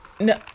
no